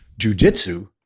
jujitsu